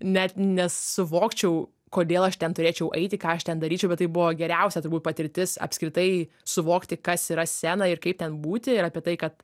net nesuvokčiau kodėl aš ten turėčiau eiti ką aš ten daryčiau bet tai buvo geriausia turbūt patirtis apskritai suvokti kas yra scena ir kaip ten būti ir apie tai kad